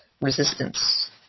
resistance